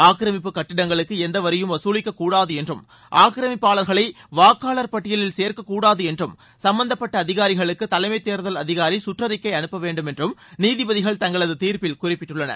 ஆக்கிரமிப்பு கட்டடங்களுக்கு எந்த வரியும் வசூலிக்கக் கூடாது என்றும் ஆக்கிரமிப்பாளர்களை வாக்காளா் பட்டியலில் சேர்க்கக்கூடாது என்றும் சும்பந்தப்பட்ட அதிகாரிகளுக்கு தலைமை தேர்தல் அதிகாரி சுற்றறிக்கை அனுப்ப வேண்டும் என்றும் நீதிபதிகள் தங்களது தீர்ப்பில் குறிப்பிட்டுள்ளனர்